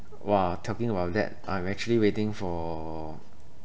!wah! talking about that I'm actually waiting for